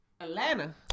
Atlanta